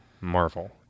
MARVEL